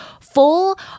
full